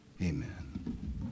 amen